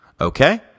Okay